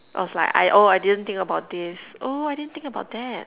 I was like oh I didn't think about this oh I didn't think about that